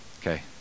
Okay